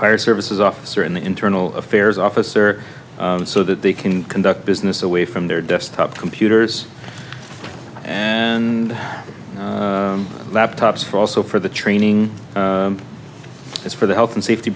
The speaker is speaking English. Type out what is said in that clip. fire services officer and the internal affairs officer so that they can conduct business away from their desktop computers and laptops for also for the training it's for the health and safety